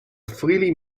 freely